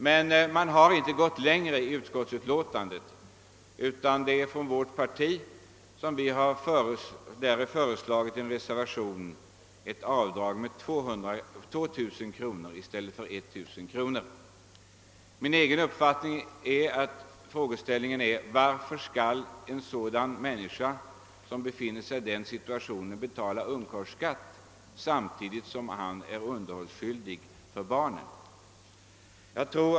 Utskottet har emellertid inte velat gå längre, medan däremot vårt partis representanter i en reservation har föreslagit att avdraget höjes till 2 000 kronor från 1000 kronor. Enligt min egen uppfattning kan man fråga sig, varför en människa som befinner sig i den här situationen skall betala ungkarlsskatt samtidigt som han är underhållsskyldig för barn.